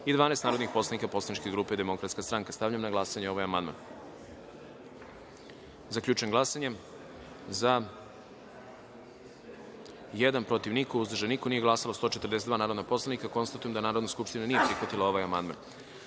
i 12 narodnih poslanika poslaničke grupe Demokratska stranka. Stavljam na glasanje ovaj amandman. Zaključujem glasanje i saopštavam: za – jedan, protiv – niko, uzdržanih – nema, nisu glasala 142 narodna poslanika. Konstatujem da Narodna skupština nije prihvatila ovaj amandman. Na